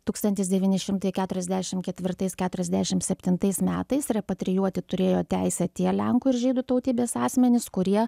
tūkstantis devyni šimtai keturiasdešimt ketvirtais keturiasdešimt septintais metais repatrijuoti turėjo teisę tie lenkų ir žydų tautybės asmenys kurie